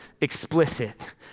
explicit